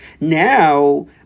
Now